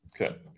Okay